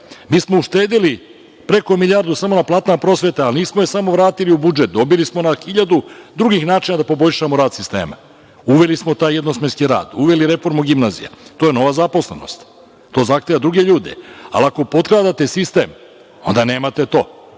Mi smo uštedeli preko milijardu samo na platama prosvete, ali nismo je samo vratili u budžet, dobili smo na hiljadu drugih načina da poboljšamo rad sistema - uveli smo taj jednosmerski rad, uveli reformu gimnazije, to je nova zaposlenost, to zahteva druge ljude. Ali, ako potkradate sistem, onda nemate to.